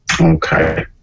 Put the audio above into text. Okay